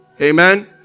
Amen